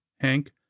hank